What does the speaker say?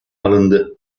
alındı